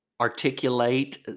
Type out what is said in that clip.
articulate